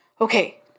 okay